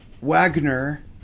Wagner